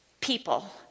people